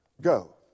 Go